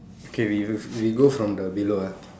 K we we go from the below ah